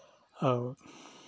और